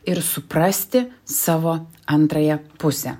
ir suprasti savo antrąją pusę